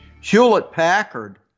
Hewlett-Packard